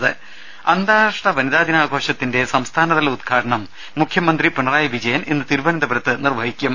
രുട്ട്ട്ട്ട്ട്ട്ട്ട അന്താരാഷ്ട്ര വനിതാദിനാഘോഷത്തിന്റെ സംസ്ഥാനതല ഉദ്ഘാടനം മുഖ്യമന്ത്രി പിണറായി വിജയൻ ഇന്ന് തിരുവനന്തപുരത്ത് നിർവഹിക്കും